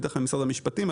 בטח ממשרד המשפטים,